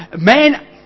Man